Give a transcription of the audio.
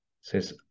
says